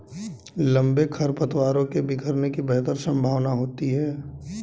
लंबे खरपतवारों के बिखरने की बेहतर संभावना होती है